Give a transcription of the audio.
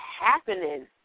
happening